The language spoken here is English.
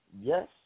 yes